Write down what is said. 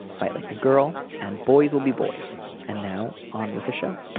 fight like a girl and boys will be boys and now on with the show